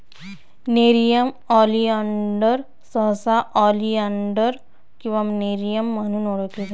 nerium oleander सहसा oleander किंवा nerium म्हणून ओळखले जाते